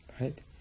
Right